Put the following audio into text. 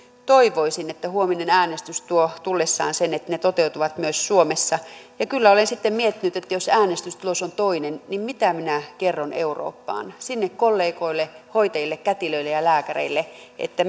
toivoisin että huominen äänestys tuo tullessaan sen että ne toteutuvat myös suomessa ja kyllä olen sitten miettinyt että jos äänestystulos on toinen niin mitä minä kerron eurooppaan kollegoille hoitajille kätilöille ja ja lääkäreille että